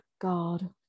God